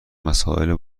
مسائل